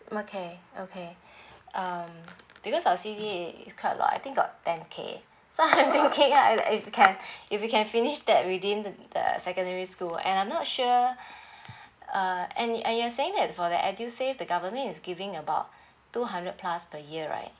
okay okay um because our C_D_A is quite a lot I think got ten K so I'm thinking I~ I can if we can finish that within the secondary school and I'm not sure uh and it and you are saying that for the edusave the government is giving about two hundred plus per year right